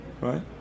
right